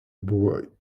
buvo